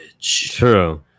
True